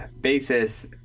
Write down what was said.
basis